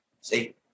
See